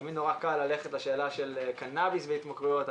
תמיד קל ללכת לשאלה של קנאביס והתמכרויות,